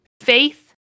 faith